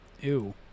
Ew